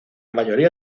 mayoría